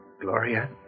Gloria